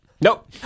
Nope